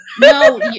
no